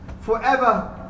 forever